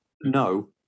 No